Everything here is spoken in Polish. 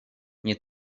nie